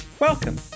Welcome